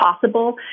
possible